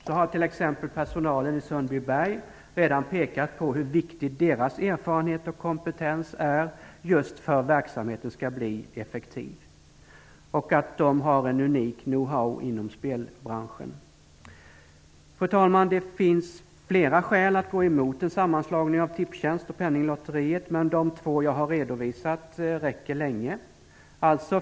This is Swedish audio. Så har t.ex. personalen i Sundbyberg redan pekat på dels hur viktig deras erfarenhet och kompetens är för att verksamheten skall bli effektiv, dels att de har en unik know-how inom spelbranschen. Fru talman! Det finns flera skäl att gå emot en sammanslagning av Tipstjänst och Penninglotteriet, men de två jag har redovisat räcker länge.